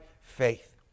faith